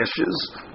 ashes